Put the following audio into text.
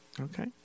Okay